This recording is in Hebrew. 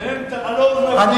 "פן תעלזנה בנות הערלים".